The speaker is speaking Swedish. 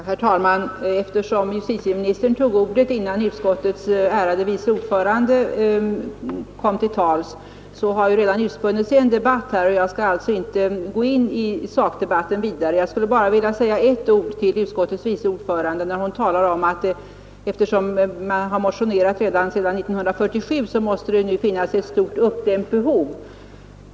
Herr talman! Eftersom justitieministern tog ordet innan utskottets ärade vice ordförande kom till tals har det redan utspunnit sig en debatt här. Jag skall alltså inte vidare gå in i sakdebatten. Jag vill bara säga en sak till utskottets vice ordförande. Hon säger att man motionerat ända sedan 1947 och att det då måste finnas ett stort, uppdämt behov av ersättningar.